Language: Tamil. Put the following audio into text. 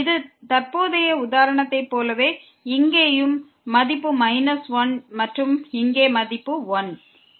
இது தற்போதைய உதாரணத்தைப் போலவே இங்கேயும் மதிப்பு 1 மற்றும் இங்கே மதிப்பு 1